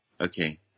Okay